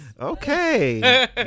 Okay